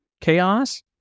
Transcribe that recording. chaos